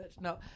No